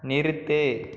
நிறுத்து